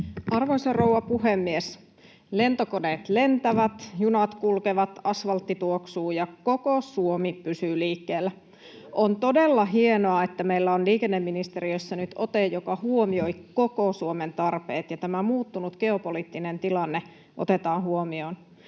Arvoisa rouva puhemies! Lentokoneet lentävät, junat kulkevat, asvaltti tuoksuu, ja koko Suomi pysyy liikkeellä. On todella hienoa, että meillä on liikenneministeriössä nyt ote, joka huomioi koko Suomen tarpeet, ja tämä muuttunut geopoliittinen tilanne otetaan huomioon.